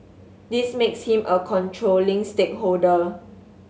this makes him a controlling stakeholder